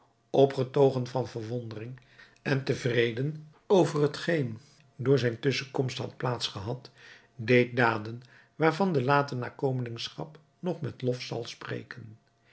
opgetogen van verwondering en tevreden ever hetgeen door zijne tusschenkomst had plaats gehad deed daden waarvan de late nakomelingschap nog met lof zal spreken